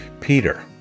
Peter